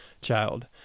child